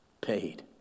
paid